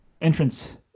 entrance